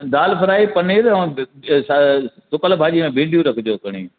दालि फ्राए पनीर अऊं सुकियलु भाॼी में भिंडियूं रखजो खणी